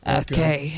okay